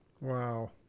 Wow